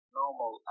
normal